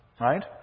right